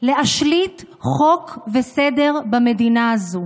להשליט חוק וסדר במדינה הזו.